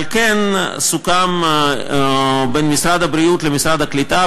על כן סוכם בין משרד הבריאות למשרד העלייה והקליטה,